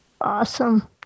Awesome